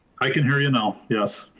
i can hear you know yes.